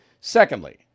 secondly